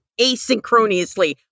asynchronously